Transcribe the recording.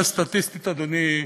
מבחינה סטטיסטית, אדוני,